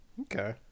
Okay